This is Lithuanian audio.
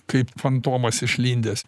kaip fantomas išlindęs